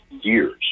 years